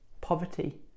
Poverty